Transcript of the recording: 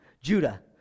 Judah